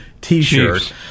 T-shirt